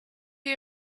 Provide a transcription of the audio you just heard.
you